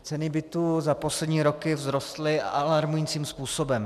Ceny bytů za poslední roky vzrostly alarmujícím způsobem.